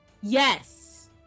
Yes